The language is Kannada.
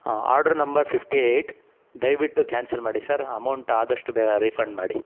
ಆರ್ಡ್ರ್ ನಂಬರ್ ಫಿಫ್ಟಿ ಎಯ್ಟ್ ದಯವಿಟ್ಟು ಕ್ಯಾನ್ಸಲ್ ಮಾಡಿ ಸರ್ ಅಮೌಂಟ್ ಆದಷ್ಟು ಬೇಗ ರಿಫಂಡ್ ಮಾಡಿ